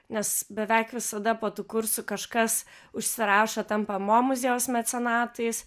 nes beveik visada po tų kursų kažkas užsirašo tampa mo muziejaus mecenatais